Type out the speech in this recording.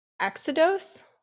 Exodus